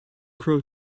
crow